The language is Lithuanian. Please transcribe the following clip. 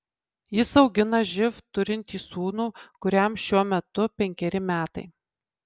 jis augina živ turintį sūnų kuriam šiuo metu penkeri metai